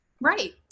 Right